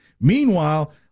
Meanwhile